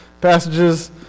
passages